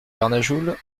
vernajoul